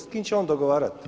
S kim će on dogovarat?